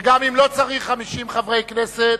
וגם אם לא צריך 50 חברי כנסת,